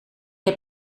heb